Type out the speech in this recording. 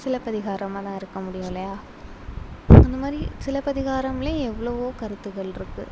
சிலப்பதிகாரமாக தான் இருக்க முடியும் இல்லையா அந்த மாதிரி சிலப்பதிகாரம் எவ்வளவோ கருத்துகள் இருக்குது